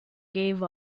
gave